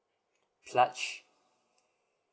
fladge